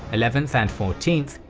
eleventh, and fourteenth,